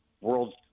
world